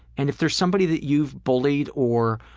and if there's somebody that you've bullied or,